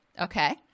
okay